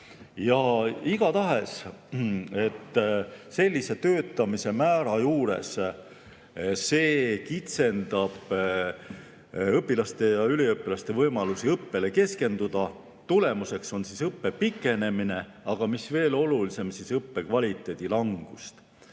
Aga igatahes, kui töötamise määr on nii suur, siis see kitsendab õpilaste ja üliõpilaste võimalusi õppele keskenduda. Tulemus on õppe pikenemine, aga mis veel olulisem, ka õppekvaliteedi langus.